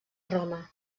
roma